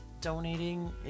donating